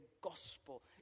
gospel